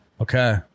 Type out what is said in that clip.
Okay